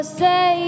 say